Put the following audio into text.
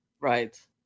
Right